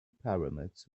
pyramids